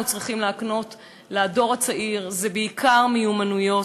צריכים להקנות לדור הצעיר הם בעיקר מיומנויות,